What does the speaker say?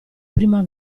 prima